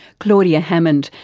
claudia hammond,